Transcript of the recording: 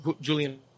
Julian